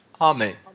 Amen